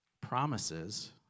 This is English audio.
promises